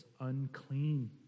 unclean